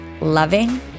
loving